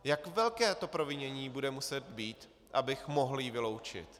Jak velké to provinění bude muset být, abych ji mohl vyloučit?